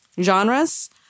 genres